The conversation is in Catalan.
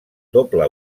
doble